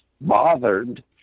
bothered